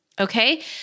Okay